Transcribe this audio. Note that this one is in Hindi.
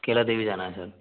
कैलादेवी जाना है सर